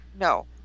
No